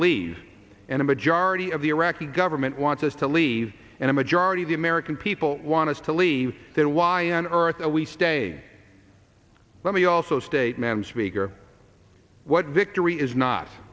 leave and a majority of the iraqi government wants us to leave and a majority of the american people want us to leave then why on earth are we staying let me also state man's meager what victory is not